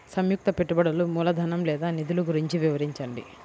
సంయుక్త పెట్టుబడులు మూలధనం లేదా నిధులు గురించి వివరించండి?